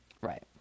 Right